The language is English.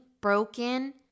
broken